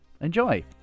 Enjoy